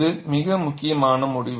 இது மிக முக்கியமான முடிவு